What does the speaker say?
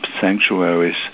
sanctuaries